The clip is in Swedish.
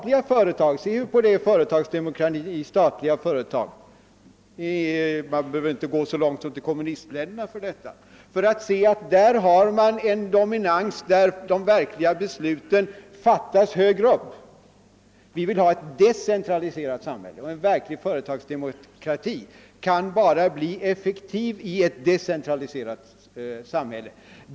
I de statliga företagen — man behöver inte gå så långt som till kommunistländerna — är det ett dominerande inslag att de verkliga besluten fattas högre upp. Vi vill ha ett decentraliserat samhälle, och en företagsdemokrati kan bli effektiv bara i ett decentraliserat samhälle.